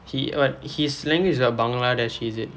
he what his slang is a Bangladesh is it